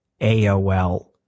AOL